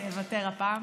אני אוותר הפעם.